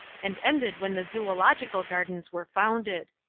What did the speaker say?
and ended when the zoological gardens were founded.